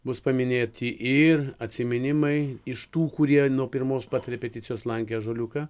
bus paminėti ir atsiminimai iš tų kurie nuo pirmos pat repeticijos lankė ąžuoliuką